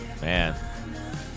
Man